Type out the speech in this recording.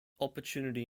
opportunity